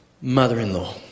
mother-in-law